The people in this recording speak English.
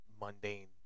mundane